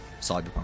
cyberpunk